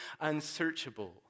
unsearchable